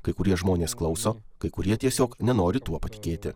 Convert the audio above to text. kai kurie žmonės klauso kai kurie tiesiog nenori tuo patikėti